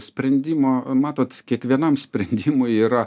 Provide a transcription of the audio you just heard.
sprendimo matot kiekvienam sprendimui yra